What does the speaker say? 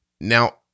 Now